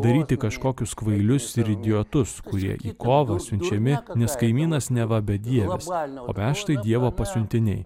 daryti kažkokius kvailius ir idiotus kurie į kovą siunčiami nes kaimynas neva bedievis o mes tai dievo pasiuntiniai